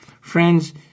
Friends